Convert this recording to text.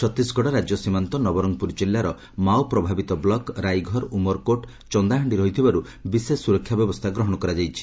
ଛତିଶଗଡ ରାଜ୍ୟ ସୀମାନ୍ଡ ନବରଙ୍ଗପୁର ଜିଲ୍ଲାର ମାଓପ୍ରଭାବିତ ବ୍ଲକ ରାଇଘର ଉମରକୋର୍ଟ ଚନ୍ଦାହାଣ୍ଡି ରହିଥିବାରୁ ବିଶେଷ ସୁରକ୍ଷା ବ୍ୟବସ୍ରା ଗ୍ରହଣ କରାଯାଇଛି